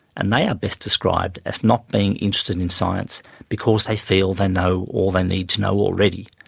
and they are best described as not being interested in science because they feel they know all they need to know already.